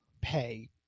pay